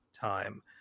time